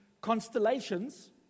constellations